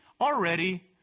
already